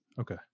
Okay